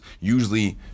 usually